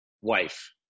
wife